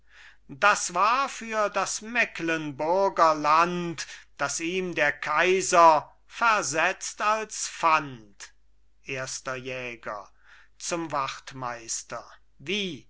das war für das mecklenburger land das ihm der kaiser versetzt als pfand erster jäger zum wachtmeister wie